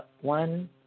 one